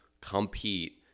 compete